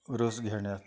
रस घेण्यात